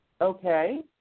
Okay